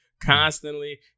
constantly